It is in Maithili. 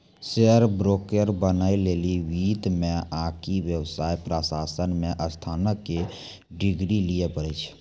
शेयर ब्रोकर बनै लेली वित्त मे आकि व्यवसाय प्रशासन मे स्नातक के डिग्री लिये पड़ै छै